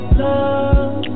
love